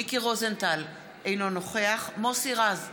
אינו נוכח מוסי רז,